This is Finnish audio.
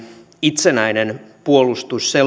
itsenäinen puolustusselonteko